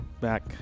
back